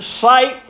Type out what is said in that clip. sight